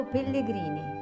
Pellegrini